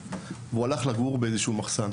והלך לגור שם באיזה שהוא מחסן,